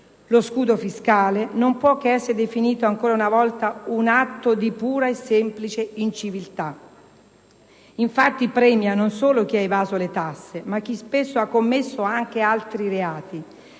Lo scudo fiscale non può che essere definito ancora una volta un atto di pura e semplice inciviltà: infatti premia, non solo chi ha evaso le tasse, ma chi spesso ha commesso anche altri reati.